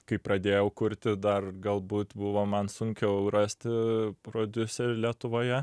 kai pradėjau kurti dar galbūt buvo man sunkiau rasti prodiuserį lietuvoje